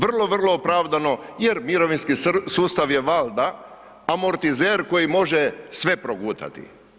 Vrlo, vrlo opravdano jer mirovinski sustav je valda amortizer koji može sve progutati.